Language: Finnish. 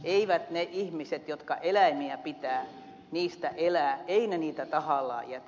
eivät ne ihmiset jotka eläimiä pitävät niistä elävät niitä tahallaan jätä